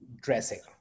dressing